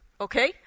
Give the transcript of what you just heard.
okay